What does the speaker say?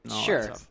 sure